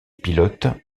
pilote